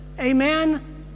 amen